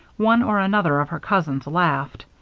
one or another of her cousins laughed.